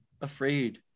afraid